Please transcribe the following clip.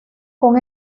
con